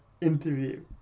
interview